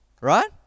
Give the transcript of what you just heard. Right